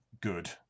good